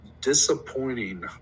disappointing